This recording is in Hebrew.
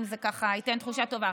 אם זה ייתן תחושה טובה.